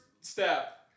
step